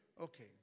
Okay